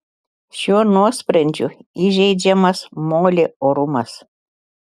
šiuo nuosprendžiu įžeidžiamas molė orumas